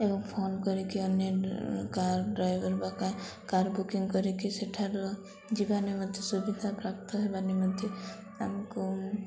ଏବଂ ଫୋନ୍ କରିକି ଅନ୍ୟ କାର୍ ଡ୍ରାଇଭର ବା କ କାର୍ ବୁକିଂ କରିକି ସେଠାରୁ ଯିବା ନିମନ୍ତେ ସୁବିଧା ପ୍ରାପ୍ତ ହେବା ନିମନ୍ତେ ଆମକୁ